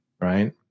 right